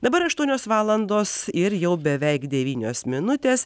dabar aštuonios valandos ir jau beveik devynios minutės